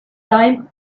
time